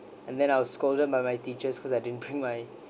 and then I was scolded by my teachers cause I didn't bring my